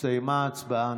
הסתיימה ההצבעה.